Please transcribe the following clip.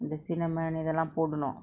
இந்த:indtha cinnammon இதலா போடனு:ithala podanu